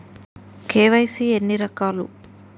KYC ఎన్ని రకాలు?